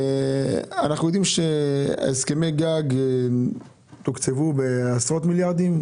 אנחנו יודעים שהסכמי הגג תוקצבו בעשרות מיליארדי שקלים.